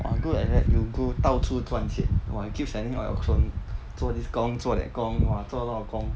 !wah! good like that you go 到处赚钱 !wah! you keep sending out your phone 做 this 工做 that 工 !wah! 做到工